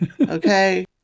okay